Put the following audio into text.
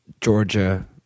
georgia